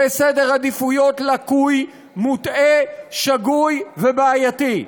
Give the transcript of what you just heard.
זה סדר עדיפויות לקוי, מוטעה, שגוי ובעייתי.